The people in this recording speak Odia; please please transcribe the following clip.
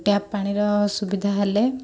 ଟ୍ୟାପ୍ ପାଣିର ସୁବିଧା ହେଲେ